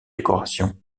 décorations